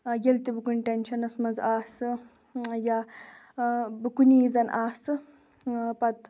ییٚلہِ تہِ بہٕ کُنہِ ٹٮ۪نشَنَس منٛز آسہٕ یا بہٕ کُنی زٔنۍ آسہٕ پَتہٕ